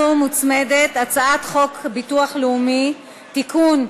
להצעה הזו מוצמדת הצעת חוק הביטוח הלאומי (תיקון,